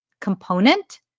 component